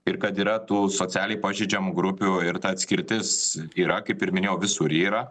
ir kad yra tų socialiai pažeidžiamų grupių ir ta atskirtis yra kaip ir minėjau visur yra